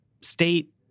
state